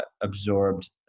absorbed